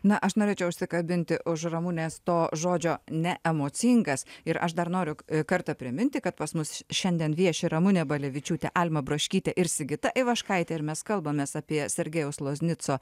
na aš norėčiau užsikabinti už ramunės to žodžio neemocingas ir aš dar noriu kartą priminti kad pas mus šiandien vieši ramunė balevičiūtė alma braškytė ir sigita ivaškaitė ir mes kalbamės apie sergejaus loznico